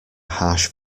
harsh